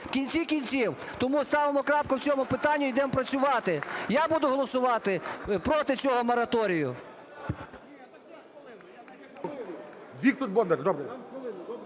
в кінці кінців? Тому ставимо крапку в цьому питанні і йдемо працювати. Я буду голосувати проти цього мораторію.